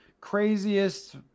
craziest